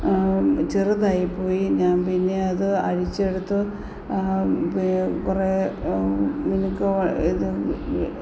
ചെറുതായിപ്പോയി ഞാൻ പിന്നെ അത് അഴിച്ചെടുത്തു കുറേ മിനുക്കുകള് ഇത്